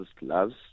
loves